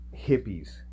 hippies